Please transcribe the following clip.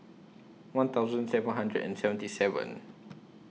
one thousand seven hundred and seventy seven